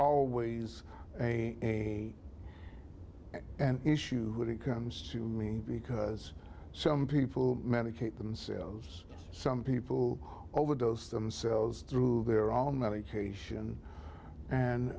always a and issue when it comes to me because some people medicate themselves some people overdose themselves through their own medication and